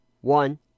one